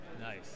Nice